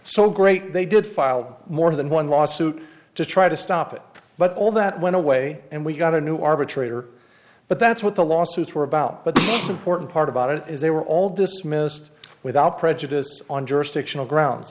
so great they did filed more than one lawsuit to try to stop it but all that went away and we got a new arbitrator but that's what the lawsuits were about but it's important part about it is they were all dismissed without prejudice on jurisdictional ground